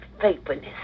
Faithfulness